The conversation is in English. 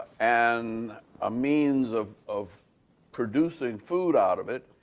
and a means of of producing food out of it,